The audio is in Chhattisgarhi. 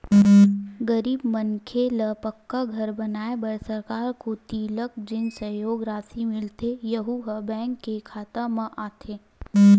गरीब मनखे ल पक्का घर बनवाए बर सरकार कोती लक जेन सहयोग रासि मिलथे यहूँ ह बेंक के खाता म आथे